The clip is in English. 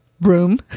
room